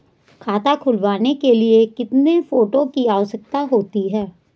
खाता खुलवाने के लिए कितने फोटो की आवश्यकता होती है?